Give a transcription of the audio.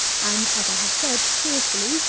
and, as i have said, cheerfully,